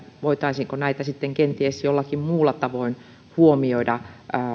voitaisiinko kenties jollakin muulla tavoin huomioida